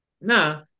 nah